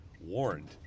warned